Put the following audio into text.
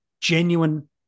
genuine